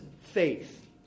faith